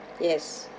yes